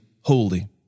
holy